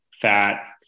fat